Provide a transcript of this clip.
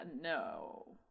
No